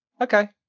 okay